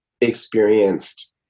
experienced